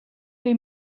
they